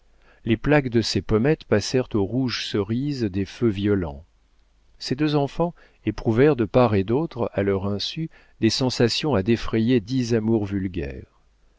les plaques de ses pommettes passèrent au rouge cerise des feux violents ces deux enfants éprouvèrent de part et d'autre à leur insu des sensations à défrayer dix amours vulgaires